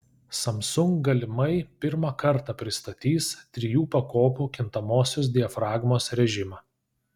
samsung galimai pirmą kartą pristatys trijų pakopų kintamosios diafragmos rėžimą